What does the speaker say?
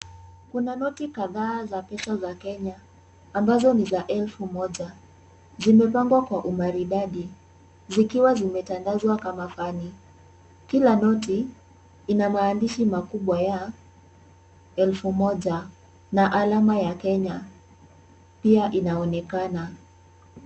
Kuna noti kadhaa za pesa za Kenya ambazo ni za elfu moja. Zimepangwa kwa umaridadi, zikiwa zimetandazwa kama fani . Kila noti ina maandishi makubwa ya elfu moja na alama ya Kenya pia inaonekana.